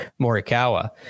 morikawa